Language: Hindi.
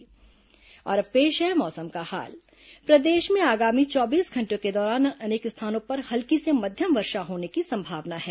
मौसम और अब पेश है मौसम का हाल प्रदेश में आगामी चौबीस घंटों के दौरान अनेक स्थानों पर हल्की से मध्यम वर्षा होने की संभावना है